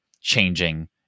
changing